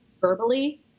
verbally